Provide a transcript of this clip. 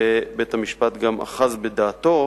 ובית-המשפט גם אחז בדעתו